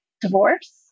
divorce